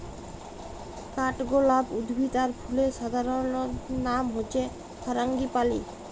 কাঠগলাপ উদ্ভিদ আর ফুলের সাধারণলনাম হচ্যে ফারাঙ্গিপালি